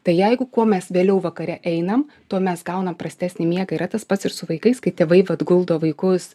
tai jeigu kuo mes vėliau vakare einam tuo mes gaunam prastesnį miegą yra tas pats ir su vaikais kai tėvai vat guldo vaikus